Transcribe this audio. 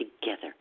together